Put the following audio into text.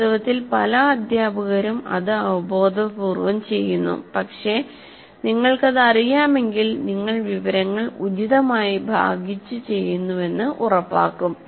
വാസ്തവത്തിൽ പല അദ്ധ്യാപകരും അത് അവബോധപൂർവ്വം ചെയ്യുന്നു പക്ഷേ നിങ്ങൾക്കത് അറിയാമെങ്കിൽ നിങ്ങൾ വിവരങ്ങൾ ഉചിതമായി ഭാഗിച്ചു ചെയ്യുന്നുവെന്ന് ഉറപ്പാക്കും